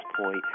point